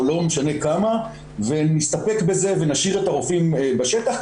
לא משנה כמה ונסתפק בזה ונשאיר את הרופאים בשטח,